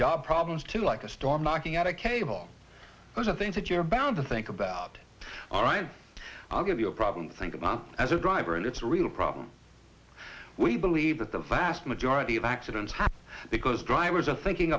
job problems too like a storm knocking out a cable those are things that you're bound to think about all right i'll give you a problem think about as a driver and it's a real problem we believe that the vast majority of accidents happen because drivers are thinking